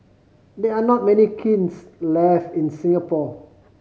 there are not many kilns left in Singapore